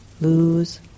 lose